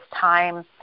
time